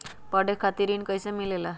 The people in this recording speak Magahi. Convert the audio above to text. पढे खातीर ऋण कईसे मिले ला?